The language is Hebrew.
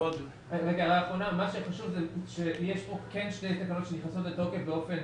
מה שחשוב הוא שיש כאן שתי תקנות שנכנסות לתוקף באופן